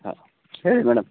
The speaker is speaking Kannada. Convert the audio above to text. ಹೇಳಿ ಮೇಡಮ್